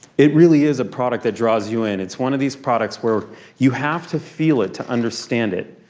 it really is a product that draws you in. it's one of these products where you have to feel it to understand it,